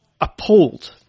Appalled